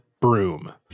broom